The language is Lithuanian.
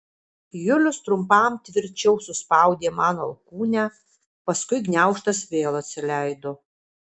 julius trumpam tvirčiau suspaudė man alkūnę paskui gniaužtas vėl atsileido